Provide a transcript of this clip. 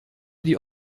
die